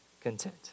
content